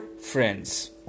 Friends